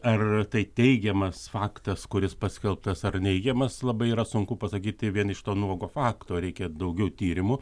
ar tai teigiamas faktas kuris paskelbtas ar neigiamas labai yra sunku pasakyti vien iš to nuogo fakto reikia daugiau tyrimų